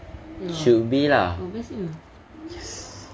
should be lah yes